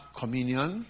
communion